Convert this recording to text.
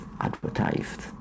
advertised